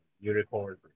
unicorn